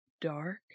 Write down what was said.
dark